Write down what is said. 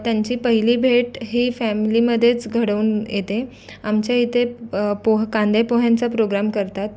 त्यांची पहिली भेट ही फॅमलीमधेच घडवून येते आमच्या इथे पोह् कांदेपोह्यांचा प्रोग्रॅम करतात